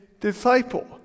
disciple